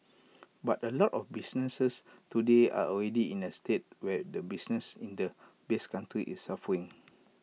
but A lot of businesses today are already in A state where the business in the base country is suffering